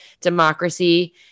democracy